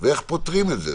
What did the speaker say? ואיך פותרים את זה.